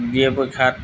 B A পৰীক্ষাত